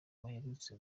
baherutse